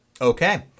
Okay